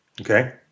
Okay